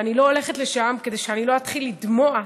אני לא הולכת לשם כדי שאני לא התחיל לדמוע.